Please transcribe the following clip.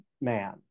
man